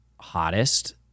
hottest